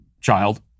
child